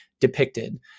depicted